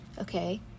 Okay